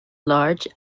large